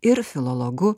ir filologu